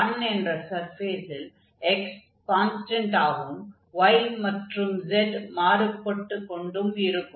x1 என்ற சர்ஃபேஸில் x கான்ஸ்டன்டாகவும் y மற்றும் z மாறுபட்டுக் கொண்டும் இருக்கும்